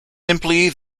simply